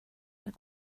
like